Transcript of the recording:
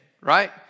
right